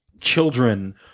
children